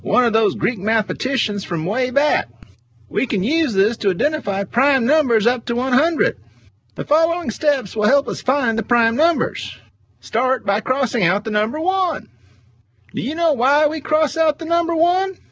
of those greek mathematicians from way back we can use this to identify prime numbers up to one hundred the following steps will help us find the prime numbers start by crossing out the number one do you know why we cross out the number one?